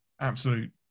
absolute